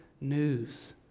news